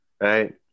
Right